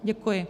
Děkuji.